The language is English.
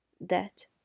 That